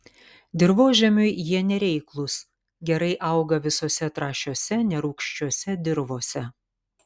dirvožemiui jie nereiklūs gerai auga visose trąšiose nerūgščiose dirvose